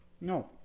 No